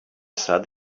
said